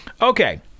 Okay